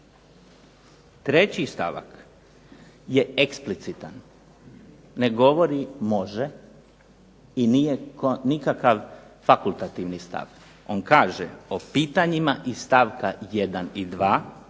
Treći stavak je eksplicitan. Ne govori može i nije nikakav fakultativni stav. On kaže:"O pitanjima iz stavka 1. i 2.